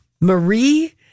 Marie